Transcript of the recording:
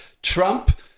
Trump